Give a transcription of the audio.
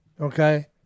Okay